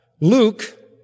Luke